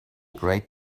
great